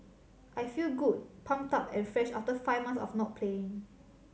I feel good pumped up and fresh after five months of not playing